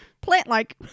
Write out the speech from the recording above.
plant-like